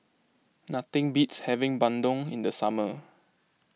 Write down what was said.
nothing beats having Bandung in the summer